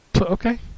okay